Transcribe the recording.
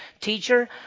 Teacher